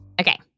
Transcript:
Okay